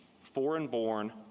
foreign-born